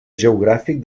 geogràfic